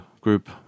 group